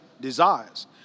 desires